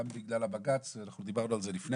גם בגלל הבג"צ ואנחנו דיברנו על זה לפני